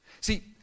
See